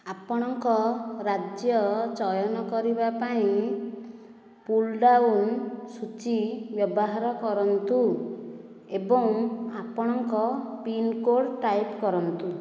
ଆପଣଙ୍କ ରାଜ୍ୟ ଚୟନ କରିବାପାଇଁ ପୁଲ୍ଡାଉନ ସୂଚୀ ବ୍ୟବହାର କରନ୍ତୁ ଏବଂ ଆପଣଙ୍କ ପିନ୍କୋଡ ଟାଇପ୍ କରନ୍ତୁ